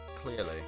Clearly